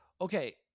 okay